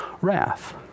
wrath